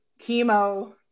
chemo